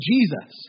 Jesus